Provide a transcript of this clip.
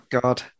God